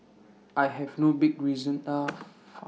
I have no big reason are far